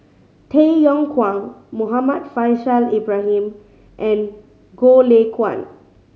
Tay Yong Kwang Muhammad Faishal Ibrahim and Goh Lay Kuan